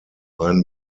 einen